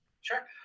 Sure